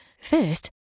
First